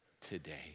today